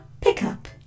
pickup